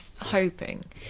hoping